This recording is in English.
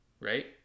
right